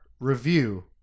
review